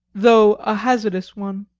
though a hazardous one.